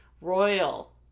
royal